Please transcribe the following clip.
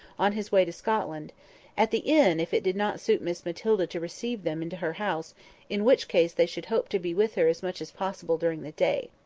on his way to scotland at the inn, if it did not suit miss matilda to receive them into her house in which case they should hope to be with her as much as possible during the day.